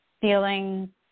feeling